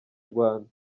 rwanda